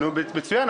מצוין,